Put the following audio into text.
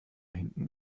hinten